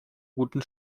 guten